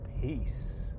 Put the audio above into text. Peace